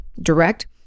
direct